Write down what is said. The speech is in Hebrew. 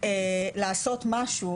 לעשות משהו.